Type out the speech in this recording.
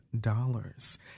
dollars